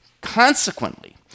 Consequently